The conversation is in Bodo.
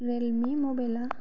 रियेलमि मबेलआ